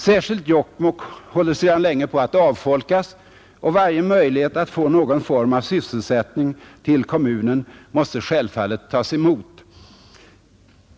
Särskilt Jokkmokk håller sedan länge på att avfolkas, och varje möjlighet att få någon form av sysselsättning till kommunen måste självfallet tas emot.